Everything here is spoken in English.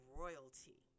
royalty